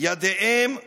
ידיהם כבולות.